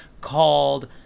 called